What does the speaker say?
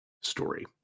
story